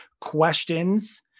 questions